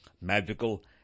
magical